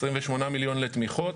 28 מיליון לתמיכות